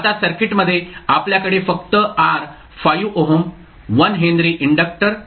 आता सर्किटमध्ये आपल्याकडे फक्त R 5 ओहम 1 हेनरी इंडक्टर आणि 0